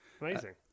amazing